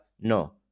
No